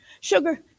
Sugar